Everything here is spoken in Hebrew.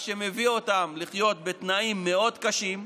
מה שמביא אותם לחיות בתנאים מאוד קשים,